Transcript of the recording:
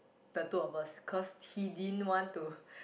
the two of us because he didn't want to